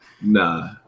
Nah